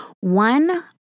one